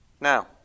Now